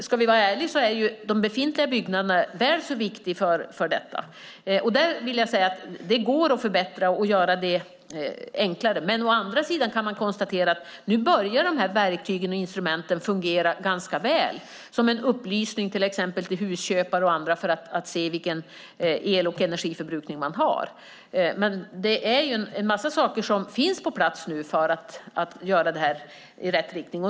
Ska vi vara ärliga är de befintliga byggnaderna väl så viktiga i fråga om detta. Det går att förbättra och göra detta enklare. Men å andra sidan kan man konstatera att dessa verktyg och instrument nu börjar fungera ganska väl, som en upplysning exempelvis till husköpare och andra för att de ska se vilken el och energiförbrukning som de har. Det finns många saker på plats nu för att detta ska gå i rätt riktning.